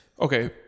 okay